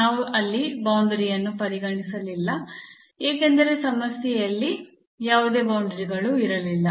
ನಾವು ಅಲ್ಲಿ ಬೌಂಡರಿಯನ್ನು ಪರಿಗಣಿಸಲಿಲ್ಲ ಏಕೆಂದರೆ ಸಮಸ್ಯೆಯಲ್ಲಿ ಯಾವುದೇ ಬೌಂಡರಿಗಳು ಇರಲಿಲ್ಲ